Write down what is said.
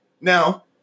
Now